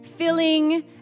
Filling